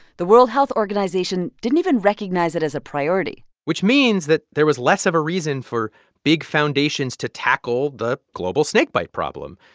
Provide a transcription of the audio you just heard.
the world health organization didn't even recognize it as a priority which means that there was less of a reason for big foundations to tackle the global snakebite problem.